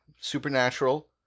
supernatural